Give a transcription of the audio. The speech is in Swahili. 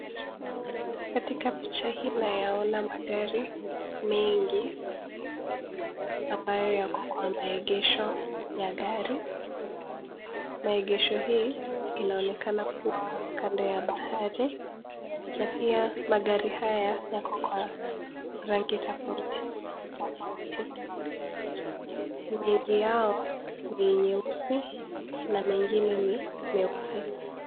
Katika picha hii tunaona magari mengi ambayo yako kwa maegesho ya gari. Maegesho hii inaonekana kuwa kando ya bahari na pia magari haya yako kwa rangi tofauti tofauti. Mengi yao ni ya nyeusi na mengine ni meupe.